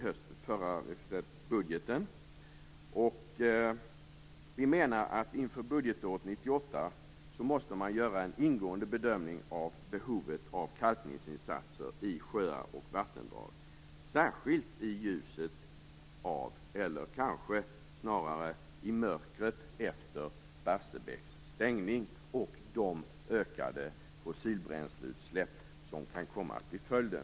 Inför budgetåret 1998 måste man göra en ingående bedömning av behovet av kalkningsinsatser i sjöar och vattendrag, i ljuset av, eller snarare i mörkret efter Barsebäcks stängning och de ökade fossilbränsleutsläpp som kan komma att bli följden.